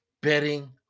betting